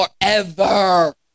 Forever